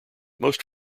most